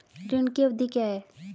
ऋण की अवधि क्या है?